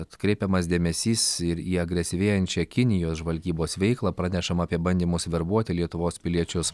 atkreipiamas dėmesys ir į agresyvėjančią kinijos žvalgybos veiklą pranešama apie bandymus verbuoti lietuvos piliečius